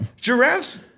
Giraffes